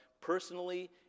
personally